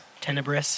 Tenebris